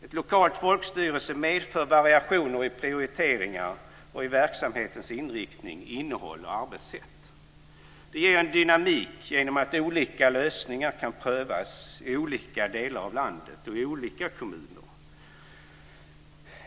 Ett lokalt folkstyre medför variationer i prioriteringar och i verksamhetens inriktning, innehåll och arbetssätt. Det ger en dynamik genom att olika lösningar kan prövas i olika delar av landet och i olika kommuner.